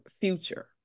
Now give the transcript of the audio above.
future